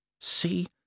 See